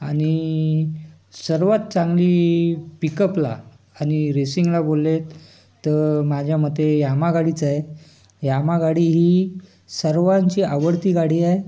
आणि सर्वात चांगली पिकअपला आणि रेसिंगला बोलले आहेत तर माझ्या मते यामा गाडीच आहे यामा गाडी ही सर्वांची आवडती गाडी आहे